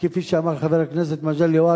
כפי שאמר חבר הכנסת מגלי והבה,